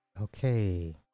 Okay